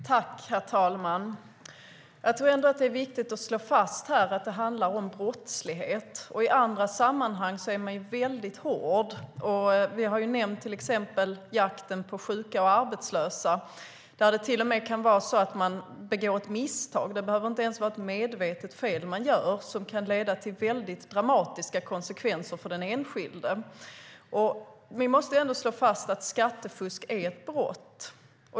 Herr talman! Det är ändå viktigt att slå fast att det handlar om brottslighet. I andra sammanhang är man väldigt hård. Vi har till exempel nämnt jakten på sjuka och arbetslösa. Det kan till och med vara så att man begår ett misstag. Det behöver inte ens vara ett medvetet fel man gör som kan leda till väldigt dramatiska konsekvenser för den enskilde. Vi måste ändå slå fast att skattefusk är ett brott.